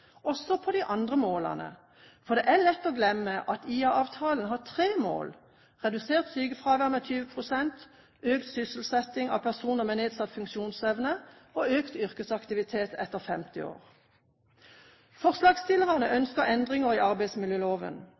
også på de andre målene. For det er lett å glemme at IA-avtalen har tre mål: redusert sykefravær med 20 pst., økt sysselsetting av personer med nedsatt funksjonsevne og økt yrkesaktivitet etter 50 år. Forslagsstillerne ønsker endringer i arbeidsmiljøloven.